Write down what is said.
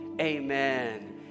Amen